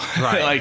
Right